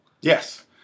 Yes